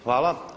Hvala.